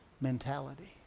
mentality